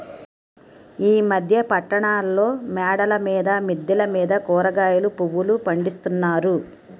ఈ మధ్య పట్టణాల్లో మేడల మీద మిద్దెల మీద కూరగాయలు పువ్వులు పండిస్తున్నారు